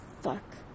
Fuck